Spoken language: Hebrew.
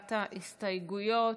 להנמקת ההסתייגויות.